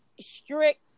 strict